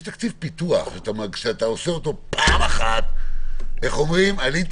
יש תקציב פיתוח שאתה עושה אותו פעם אחת ואז עלית